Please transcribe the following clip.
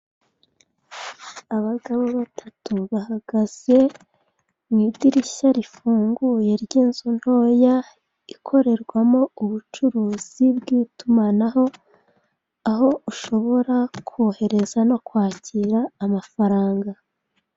Abagabo batatu bahagaze mu idirishya rifunguye ry'inzu ntoya, ikorerwamo ubucuruzi bw'itumanaho, aho ushobora kohereza no kwakira amafaranga.